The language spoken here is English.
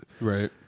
right